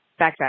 backtrack